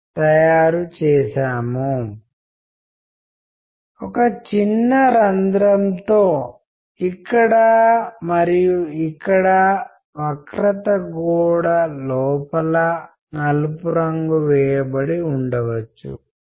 పరస్పర చర్య అనేది ఒక దిశ నుండి మరొక దిశకు వెళ్లడం మాత్రమే కాదు ఇది ఇద్దరు వ్యక్తులు పరస్పరం వ్యవహరించే ప్రక్రియ